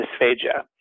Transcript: dysphagia